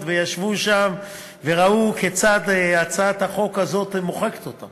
וישבו שם וראו כיצד הצעת החוק הזאת מוחקת אותן